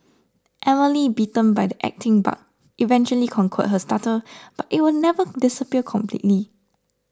Emily bitten by the acting bug eventually conquered her stutter but it will never disappear completely